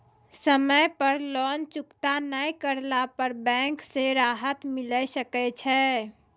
समय पर लोन चुकता नैय करला पर बैंक से राहत मिले सकय छै?